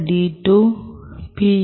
D 2 B